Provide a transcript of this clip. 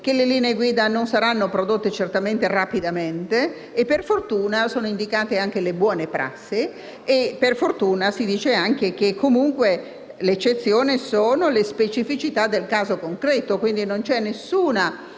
che le linee guida non saranno prodotte rapidamente; per fortuna, sono indicate anche le buone prassi e si dice anche che le eccezioni sono le specificità del caso concreto, quindi non c'è alcun